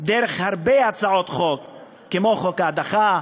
דרך הרבה הצעות חוק, כמו חוק ההדחה,